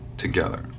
together